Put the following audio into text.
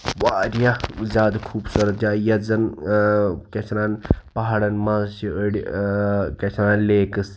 واریاہ زیادٕ خوٗبصوٗرت جایہِ یَتھ زَن ٲں کیاہ چھِ اَتھ وَنان پہاڑَن منٛز چھِ أڑۍ ٲں کیاہ چھِ وَنان لیٚکٕس